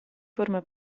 forma